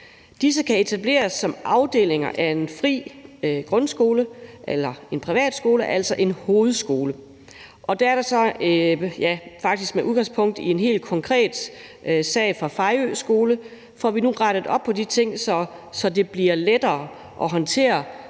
Disse kan etableres som afdelinger af en fri grundskole eller en privatskole, altså en hovedskole. Med udgangspunkt i en helt konkret sag fra Fejø Skole får vi nu rettet op på de ting, så det bliver lettere at håndtere,